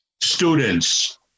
students